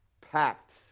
packed